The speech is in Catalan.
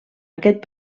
aquest